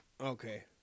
Okay